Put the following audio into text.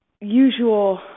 usual